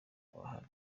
bahari